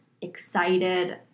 excited